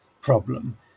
problem